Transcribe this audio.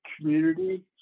community